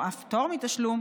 ואף פטור מתשלום,